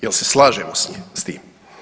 Jel se slažemo s tim?